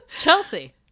Chelsea